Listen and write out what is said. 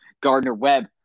Gardner-Webb